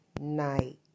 night